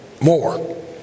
more